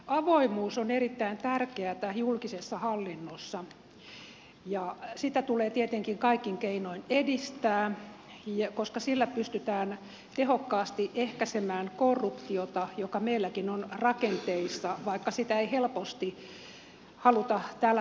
avoimuus on erittäin tärkeätä julkisessa hallinnossa ja sitä tulee tietenkin kaikin keinoin edistää koska sillä pystytään tehokkaasti ehkäisemään korruptiota joka meilläkin on rakenteissa vaikka sitä ei helposti haluta täällä tunnustaa